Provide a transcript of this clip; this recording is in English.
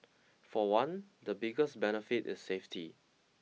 for one the biggest benefit is safety